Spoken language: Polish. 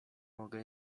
mogę